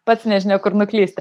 pats nežinia kur nuklysti